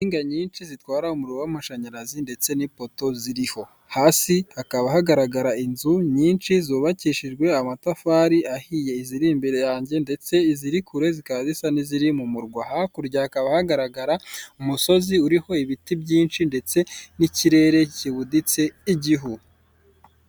Insinga nyinshi zitwara umuriro w'amashanyarazi, ndetse n'ipoto ziriho. Hasi hakaba hagaragara inzu nyinshi zubakishijwe amatafari ahiye iziri imbere yange ndetse iziri kure zikaba zisa n'iziri mu murwa. Hakurya hakaba hagaragara umusozi uriho ibiti byinshi ndetse n'ikirere kibuditse igihu.